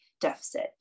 deficit